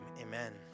amen